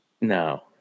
No